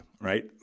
right